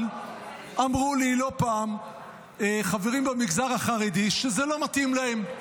אבל אמרו לי לא פעם חברים במגזר החרדי שזה לא מתאים להם.